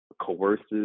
coerces